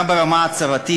גם ברמה ההצהרתית,